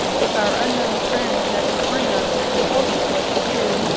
if our unknown friend hadn't warned us, and told us what to do,